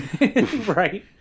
Right